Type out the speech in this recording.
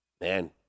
man